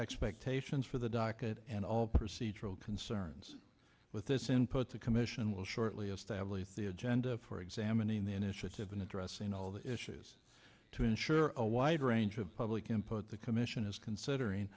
expectations for the docket and all procedural concerns with this input the commission will shortly establish the agenda for examining the initiative in addressing all the issues to ensure a wide range of public input the commission is considering